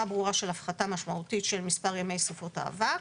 ברורה של הפחתה משמעותית של מספר ימי סופות האבק.